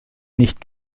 nicht